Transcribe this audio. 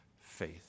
Faith